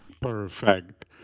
perfect